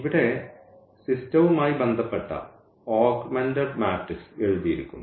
ഇവിടെ സിസ്റ്റവുമായി ബന്ധപ്പെട്ട ഓഗ്മെന്റ് മാട്രിക്സ് എഴുതിയിരിക്കുന്നു